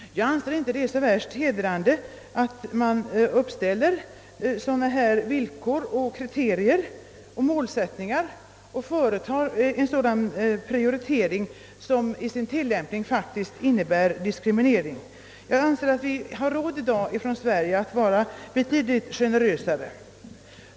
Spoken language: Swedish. Jag anser inte att det är så värst hedrande att man uppställer sådana villkor, kriterier och målsättningar och företar en sådan prioritering, som i sin tillämpning praktiskt taget innebär en diskriminering. Vi har i dag råd med att vara betydligt generösare.